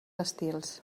estils